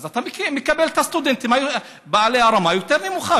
אז אתה מקבל את הסטודנטים בעלי הרמה היותר-נמוכה.